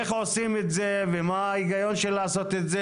איך עושים את זה ומה ההיגיון לעשות את זה